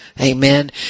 Amen